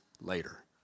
later